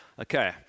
Okay